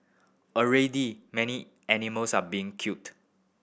already many animals are being culled